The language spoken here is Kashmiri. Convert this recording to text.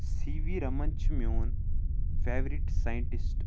سی وی رَمَن چھِ میون فیورِٹ سایِنٹِسٹ